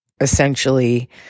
essentially